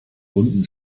bunten